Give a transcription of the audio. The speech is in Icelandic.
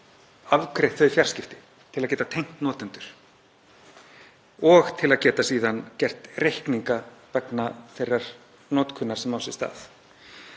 afgreitt þau fjarskipti, til að geta tengt notendur og til að geta síðan gert reikninga vegna þeirrar notkunar sem á sér stað,